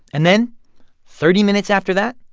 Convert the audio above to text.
and then thirty minutes after that,